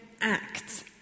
act